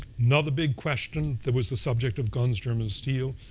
another big question that was the subject of guns, germs, and steel,